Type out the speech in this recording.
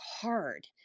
hard